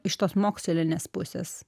iš tos mokslinės pusės